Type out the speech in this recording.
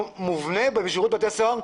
שמובנה בשירותי הסוהר,